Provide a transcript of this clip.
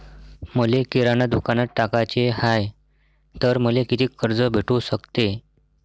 मले किराणा दुकानात टाकाचे हाय तर मले कितीक कर्ज भेटू सकते?